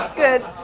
good.